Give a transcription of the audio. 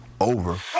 over